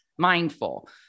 Mindful